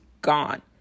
gone